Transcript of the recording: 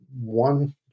one